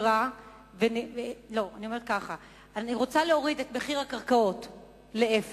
אני רוצה להוריד את מחיר הקרקעות לאפס.